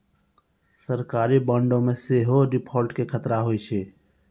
सरकारी बांडो मे सेहो डिफ़ॉल्ट के खतरा होय छै